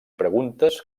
preguntes